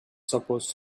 supposed